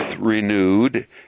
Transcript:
renewed